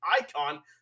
icon